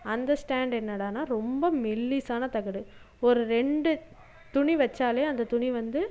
அந்த ஸ்டேண்டு என்னடானா ரொம்ப மெல்லிசான தகடு ஒரு ரெண்டு துணி வச்சால் அந்த துணி வந்து